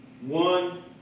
one